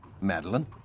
Madeline